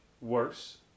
worse